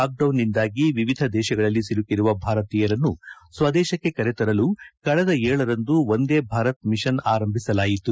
ಲಾಕ್ಡೌನ್ನಿಂದಾಗಿ ವಿವಿಧ ದೇಶಗಳಲ್ಲಿ ಸಿಲುಕಿರುವ ಭಾರತೀಯರನ್ನು ಸ್ವದೇಶಕ್ಕೆ ಕರೆತರಲು ಕಳೆದ ಗರಂದು ವಂದೇ ಭಾರತ್ ಮಿಷನ್ ಆರಂಭಿಸಲಾಯಿತು